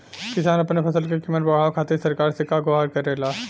किसान अपने फसल क कीमत बढ़ावे खातिर सरकार से का गुहार करेला?